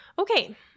Okay